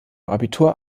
abitur